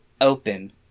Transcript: open